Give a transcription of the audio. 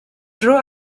dro